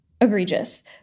egregious